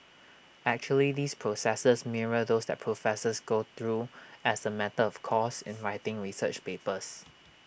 actually these processes mirror those that professors go through as A matter of course in writing research papers